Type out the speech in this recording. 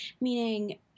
Meaning